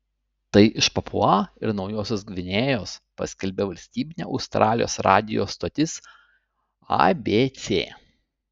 tai iš papua ir naujosios gvinėjos paskelbė valstybinė australijos radijo stotis abc